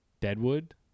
deadwood